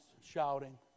shouting